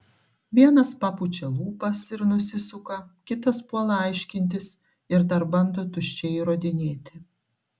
vienas papučia lūpas ir nusisuka kitas puola aiškintis ir dar bando tuščiai įrodinėti